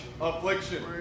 affliction